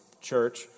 church